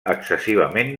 excessivament